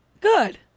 Good